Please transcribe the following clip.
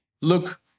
look